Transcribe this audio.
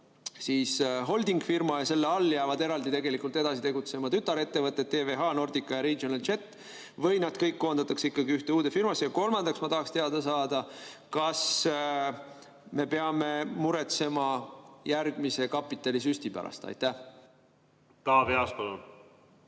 holdingfirma ja selle all jäävad eraldi tegelikult edasi tegutsema tütarettevõtted TVH, Nordica ja Regional Jet või nad kõik koondatakse ikkagi ühte uude firmasse? Kolmandaks ma tahaksin teada saada, kas me peame muretsema järgmise kapitalisüsti pärast. Aitäh, lugupeetud